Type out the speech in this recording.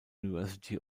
university